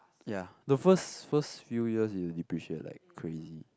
ya the first first few years it will depreciate like crazy